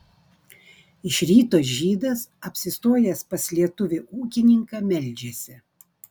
iš ryto žydas apsistojęs pas lietuvį ūkininką meldžiasi